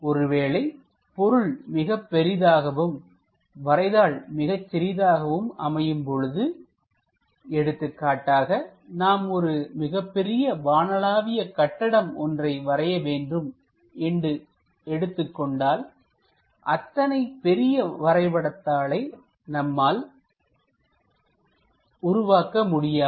ஒருவேளை பொருள் மிகப் பெரிதாகவும் வரைபடத்தாள் மிகச் சிறிதாகவும் அமையும் பொழுது எடுத்துக்காட்டாக நாம் ஒரு மிகப்பெரிய வானளாவிய கட்டிடம் ஒன்றை வரைய வேண்டும் என்று எடுத்துக் கொண்டால்அத்தனை பெரிய வரைபடத்தளை நம்மால் உருவாக்க முடியாது